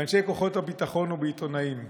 באנשי כוחות הביטחון ובעיתונאים.